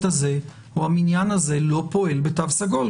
הזה או המניין הזה לא פועל בתו סגול,